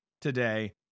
today